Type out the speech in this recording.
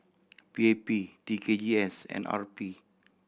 P A P T K G S and R P